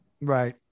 Right